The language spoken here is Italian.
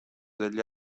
degli